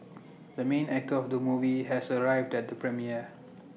the main actor of the movie has arrived at the premiere